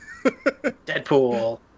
deadpool